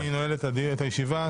אני נועל את הישיבה.